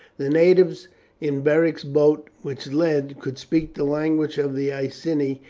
the native in beric's boat, which led, could speak the language of the iceni,